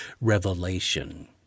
revelation